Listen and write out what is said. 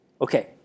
Okay